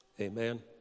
Amen